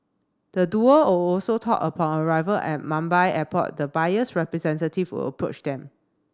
the duo all also told upon arrival at Mumbai Airport the buyer's representative would approach them